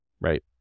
Right